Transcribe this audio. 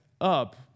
up